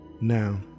Now